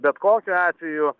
bet kokiu atveju